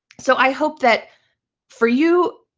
so i hope that for you,